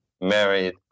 married